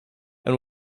and